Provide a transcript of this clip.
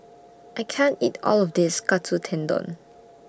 I can't eat All of This Katsu Tendon